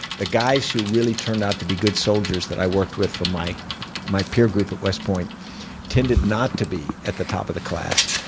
the guys who really turned out to be good soldiers that i worked with from my my peer group at west point tended not to be at the top of the class.